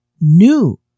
new